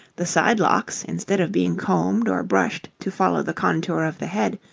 the side-locks instead of being combed or brushed to follow the contour of the head,